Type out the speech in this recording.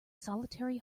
solitary